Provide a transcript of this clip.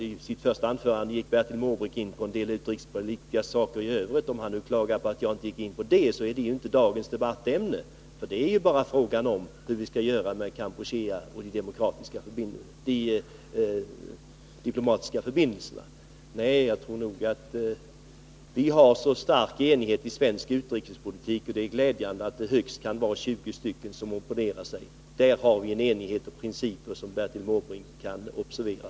Isitt första anförande tog Bertil Måbrink upp en del utrikespolitiska frågor i övrigt, och om han nu klagar över att jag inte gick in på dem så vill jag säga att de inte hör till dagens debattämne. Det gäller bara frågan om hur vi skall 135 göra med de diplomatiska förbindelserna med Kampuchea. Vi har en stark enighet i svensk utrikespolitik, och det är glädjande att det kan vara högst 20 ledamöter som opponerar sig mot den. Där har vi en enighet om principer som Bertil Måbrink kan observera.